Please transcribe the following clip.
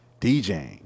DJing